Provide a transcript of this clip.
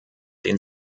den